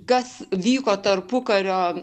kas vyko tarpukario